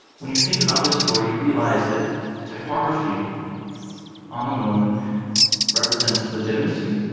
when you think about this story, you realize that typography on the moon represents legitimacy,